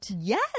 yes